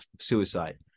suicide